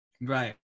Right